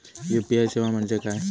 UPI सेवा म्हणजे काय?